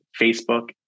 Facebook